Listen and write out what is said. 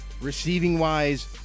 Receiving-wise